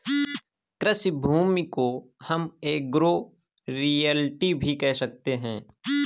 कृषि भूमि को हम एग्रो रियल्टी भी कह सकते है